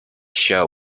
show